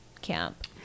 camp